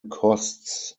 costs